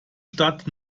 stadt